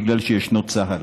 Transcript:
בגלל שישנו צה"ל.